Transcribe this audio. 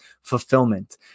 fulfillment